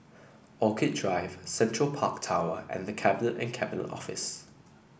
Orchid Drive Central Park Tower and The Cabinet and Cabinet Office